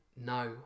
no